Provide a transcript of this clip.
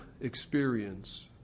experience